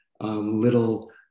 little